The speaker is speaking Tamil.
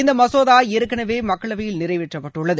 இந்த மசோதா ஏற்கனவே மக்களவையில் நிறைவேற்றப்பட்டுள்ளது